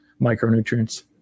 micronutrients